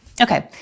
Okay